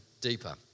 deeper